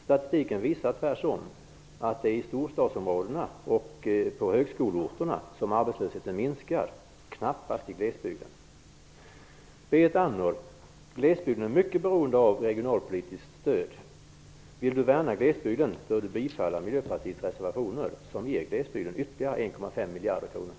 Statistiken visar tvärtom att det är i storstadsområdena och på högskoleorterna som arbetslösheten minskar, knappast i glesbygden. Glesbygden är starkt beroende av regionalpolitiskt stöd. Vill Berit Andnor värna glesbygden, bör hon bifalla Miljöpartiets reservationer som ger glesbygden ytterligare 1,5 miljarder kronor.